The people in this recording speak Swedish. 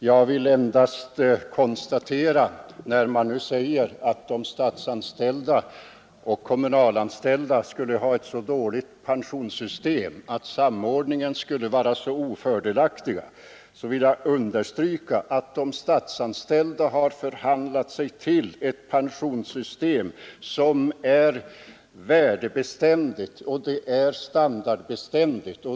Med anledning av påståendena att de statsanställda och de kommunalanställda skulle ha ett så dåligt pensionssystem och att samordningen skulle vara så ofördelaktig vill jag dock understryka att de statsanställda har förhandlat sig till ett pensionssystem som är värdeoch standardbeständigt.